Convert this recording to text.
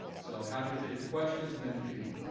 so i'm happy to take your questions and then you can eat.